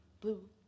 blue